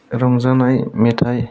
रंजानाय मेथाइ